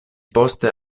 poste